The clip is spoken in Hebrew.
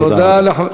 תודה רבה.